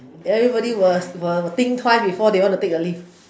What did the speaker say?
everybody will will think twice before they want to take the lift